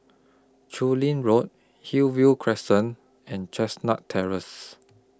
Chu Lin Road Hillview Crescent and Chestnut Terrace